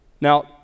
Now